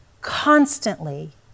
constantly